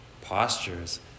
postures